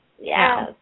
yes